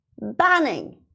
banning